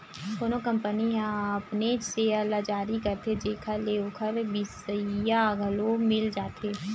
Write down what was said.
कोनो कंपनी ह अपनेच सेयर ल जारी करथे जेखर ले ओखर बिसइया घलो मिल जाथे